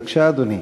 בבקשה, אדוני.